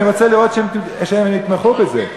אני רוצה לראות שהם יתמכו בזה.